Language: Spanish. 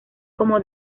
como